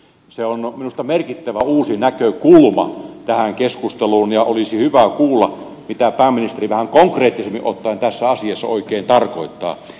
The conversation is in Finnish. se on minusta merkittävä uusi näkökulma tähän keskusteluun ja olisi hyvä kuulla mitä pääministeri vähän konkreettisemmin ottaen tässä asiassa oikein tarkoittaa